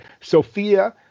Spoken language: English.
Sophia